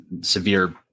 severe